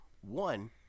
one